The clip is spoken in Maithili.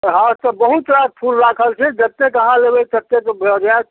हाँ तऽ बहुत रास फूल राखल छै जतेक अहाँ लेबै ततेक भऽ जाएत